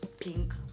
pink